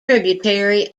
tributary